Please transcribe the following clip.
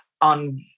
on